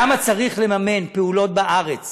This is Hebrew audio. למה צריך למממן פעולות בארץ